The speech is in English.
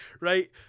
Right